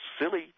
silly